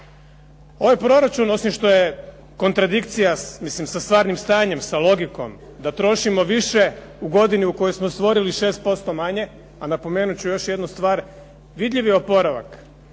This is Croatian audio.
Ovaj proračun osim što je kontradikcija, mislim sa stvarnim stanjem, sa logikom da trošimo više u godini u kojoj smo stvorili 6% manje. A napomenut ću još jednu stvar, vidljiv je oporavak